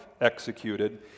executed